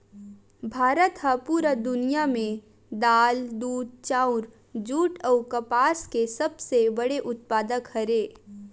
भारत हा पूरा दुनिया में दाल, दूध, चाउर, जुट अउ कपास के सबसे बड़े उत्पादक हरे